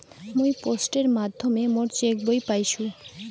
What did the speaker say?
মুই পোস্টের মাধ্যমে মোর চেক বই পাইসু